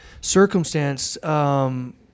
Circumstance –